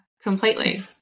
completely